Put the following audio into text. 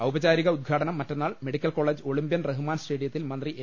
ഔപചാരിക ഉദ്ഘാടനം മറ്റന്നാൾ medical college Olympian Rahman സ്റ്റേഡിയത്തിൽ മന്ത്രി എ